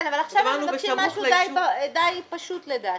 כן, אבל עכשיו הם מבקשים משהו די פשוט לדעתי.